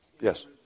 Yes